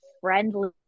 friendly